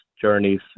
journeys